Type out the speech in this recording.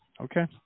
okay